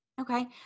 Okay